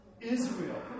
Israel